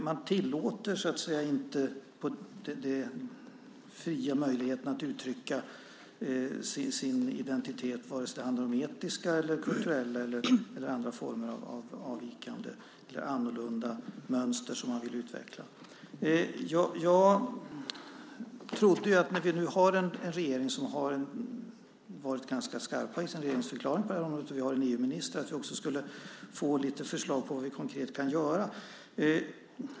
Man tillåter inte den fria möjligheten att uttrycka sin identitet vare sig det handlar om etniska eller kulturella eller andra former av avvikande eller annorlunda mönster som man vill utveckla. När vi nu har en regering som har varit ganska skarp i sin regeringsförklaring på det här området - och vi har en EU-minister - trodde jag att vi också skulle få lite förslag på vad vi konkret kan göra.